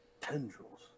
tendrils